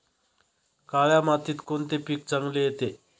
काळ्या मातीत कोणते पीक चांगले येते?